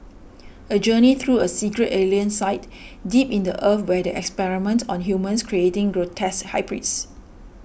a journey through a secret alien site deep in the Earth where they experiment on humans creating grotesque hybrids